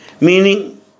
Meaning